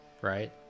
right